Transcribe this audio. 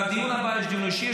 בדיון הבא יש דיון אישי,